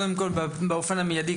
באופן מיידי,